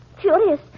Furious